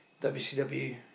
WCW